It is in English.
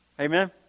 Amen